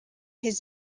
his